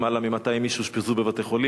למעלה מ-200 איש אושפזו בבתי-חולים,